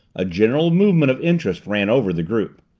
a general movement of interest ran over the group.